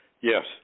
Yes